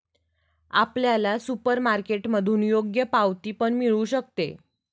आपल्याला सुपरमार्केटमधून योग्य पावती पण मिळू शकते